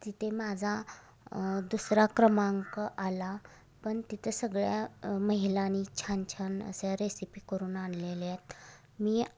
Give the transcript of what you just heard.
तिथे माझा दुसरा क्रमांक आला पण तिथे सगळ्या महिलानी छान छान अशा रेसिपी करून आणलेल्या आहेत मी